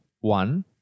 One